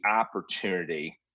opportunity